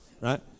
right